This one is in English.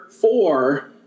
four